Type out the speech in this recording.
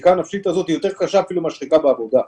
השחיקה הנפשית הזאת יותר קשה אפילו מהשחיקה בעבודה.